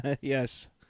Yes